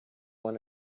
one